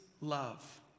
love